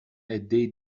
عدهای